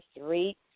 three